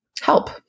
help